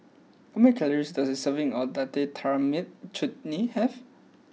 how many calories does a serving of Date Tamarind Chutney have